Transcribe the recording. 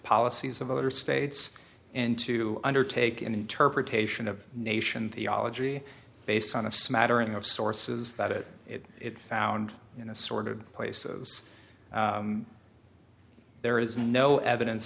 policies of other states and to undertake an interpretation of nation the ology based on a smattering of sources that it it found in a sort of places there is no evidence